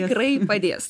tikrai padės